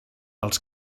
els